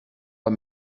pas